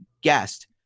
guest